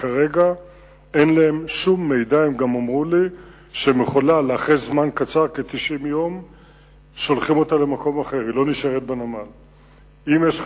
אין תפקידם של מחסומים ונקודות ביקורת למנוע מעבר של אויבים ומחבלים?